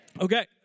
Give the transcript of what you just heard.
Okay